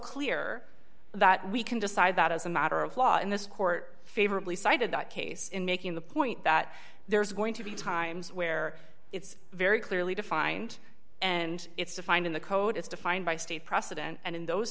clear that we can decide that as a matter of law in this court favorably cited that case in making the point that there's going to be times where it's very clearly defined and it's defined in the code it's defined by state precedent and in those